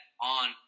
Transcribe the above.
on